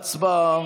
הצבעה.